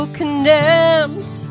condemned